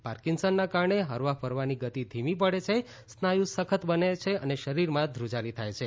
પાર્કિન્સનના કારણે હરવા ફરવાની ગતિ ધીમી પડે છે સ્નાયુ સખત બને છે અને શરીરમાં ધુજારિ થાય છે